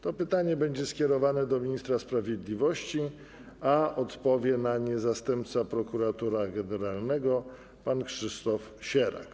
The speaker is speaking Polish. To pytanie będzie skierowane do ministra sprawiedliwości, a odpowie na nie zastępca prokuratora generalnego pan Krzysztof Sierak.